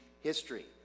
history